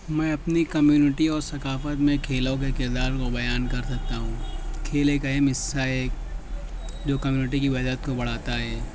میں اپنی کمیونٹی اور ثقافت میں کھیلوں کے کردار کو بیان کر سکتا ہوں کھیل ایک اہم حصہ ہے جو کمیونٹی کی کو بڑھاتا ہے